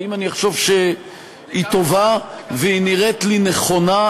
ואם אני אחשוב שהיא טובה והיא נראית לי נכונה,